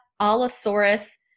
Allosaurus